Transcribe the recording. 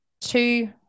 two